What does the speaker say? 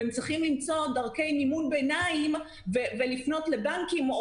והם צריכים למצוא דרכי מימון ביניים ולפנות לבנקים או